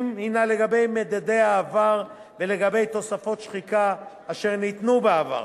היא לגבי מדדי העבר ולגבי תוספות שחיקה אשר ניתנו בעבר.